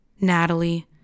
natalie